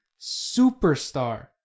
superstar